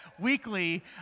weekly